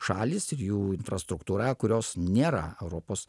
šalys ir jų infrastruktūra kurios nėra europos